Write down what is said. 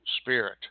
spirit